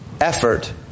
effort